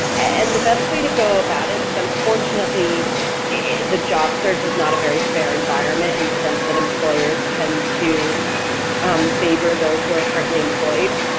and the best way to go about it because unfortunately the job search is not a very fair environment in the sense that employers tend to favor those who are currently employed,